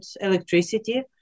electricity